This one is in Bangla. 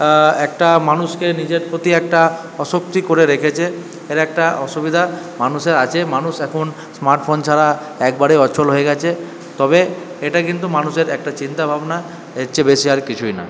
একটা মানুষকে নিজের প্রতি একটা আশক্ত করে রেখেছে এর একটা অসুবিধা মানুষের আছে মানুষ এখন স্মার্টফোন ছাড়া একবারেই অচল হয়ে গেছে তবে এটা কিন্তু মানুষের একটা চিন্তা ভাবনা এর চেয়ে বেশি আর কিছুই না